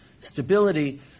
stability